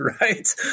right